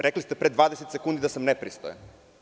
Rekli ste pre 20 sekundi da sam nepristojan.